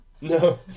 No